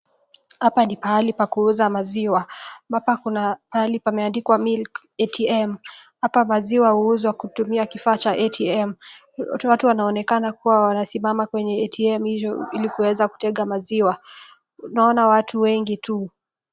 Hapa ni pahali pa kuuza maziwa hapa Kuna mahali pameandikwa milk ATM hapa maziwa uunzwa kutumia kifaa Cha ATM watu wanaonekana kuwa wanasimama kwenye ATM hili kuweza kuteka maziwa nona watu wengi tu.